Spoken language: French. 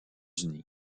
unis